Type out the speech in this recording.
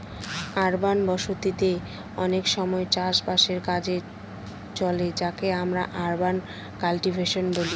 urban বসতি তে অনেক সময় চাষ বাসের কাজে চলে যাকে আমরা আরবান কাল্টিভেশন বলি